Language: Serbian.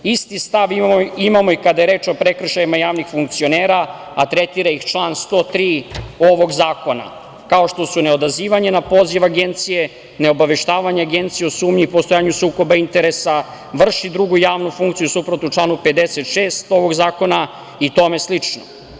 Isti stav imamo i kada je reč o prekršajima javnih funkcionera, a tretira ih član 103. ovog zakona, kao što su neodazivanje na poziv Agencije, neobaveštavanje Agencije o sumnji i postojanju sukoba interesa, vrši drugu javnu funkciju suprotno članu 56. ovog zakona i tome slično.